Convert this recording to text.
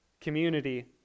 Community